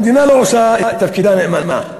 המדינה לא עושה את תפקידה נאמנה.